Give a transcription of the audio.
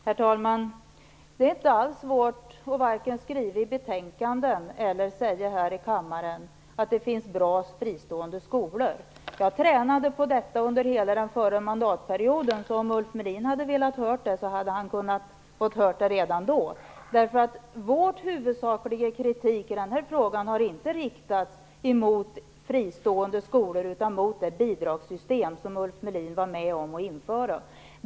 Herr talman! Vi har varken skrivit i betänkanden eller sagt här i kammaren att det inte finns bra fristående skolor. Jag tränade på detta under hela den föregående mandatperioden, och om Ulf Melin hade velat höra det, skulle han ha kunnat få det redan då. Vår huvudsakliga kritik i den här frågan har inte riktats mot fristående skolor utan mot det bidragssystem som Ulf Melin var med om att införa.